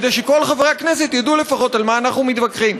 כדי שכל חברי הכנסת ידעו לפחות על מה אנחנו מתווכחים.